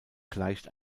gleicht